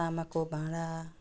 तामाको भाँडा